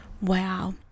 Wow